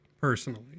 personally